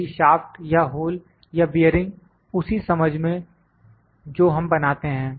यदि शाफ्ट या होल या बेयरिंग उसी समझ में जो हम बनाते हैं